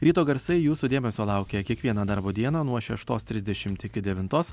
ryto garsai jūsų dėmesio laukia kiekvieną darbo dieną nuo šeštos trisdešimt iki devintos